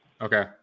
okay